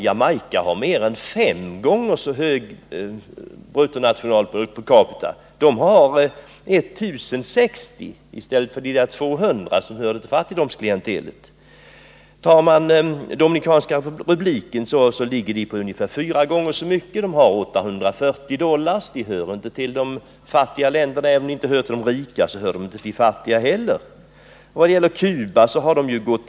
Jamaica har mer än fem gånger så stor bruttonationalprodukt per capita, nämligen 1060 dollar per capita i stället för fattigdomsklientelets 200 dollar eller därunder. Dominikanska republiken har ungefär fyra gånger så stor bruttonationalprodukt per capita, nämligen 840 dollar. Därmed hör Dominikanska republiken inte till de fattiga länderna, även om landet inte heller hör till de rika.